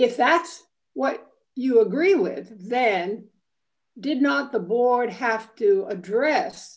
if that's what you agree with then did not the board have to address